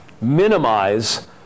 minimize